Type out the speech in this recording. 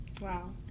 Wow